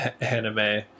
anime